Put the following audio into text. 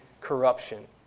corruption